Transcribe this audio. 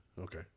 Okay